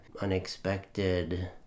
unexpected